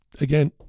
again